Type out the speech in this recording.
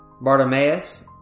Bartimaeus